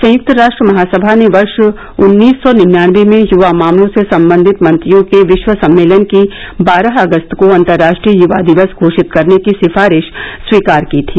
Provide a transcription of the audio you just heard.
संयुक्त राष्ट्र महासभा ने वर्ष उन्नीस सौ निन्यानवे में युवा मामलों से संबंधित मंत्रियों के विश्व सम्मेलन की बारह अगस्त को अंतर्राष्ट्रीय युवा दिवस घोषित करने की सिफारिश स्वीकार की थी